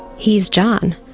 he's john,